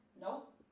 Nope